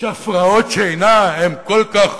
שהפרעות שינה הן כל כך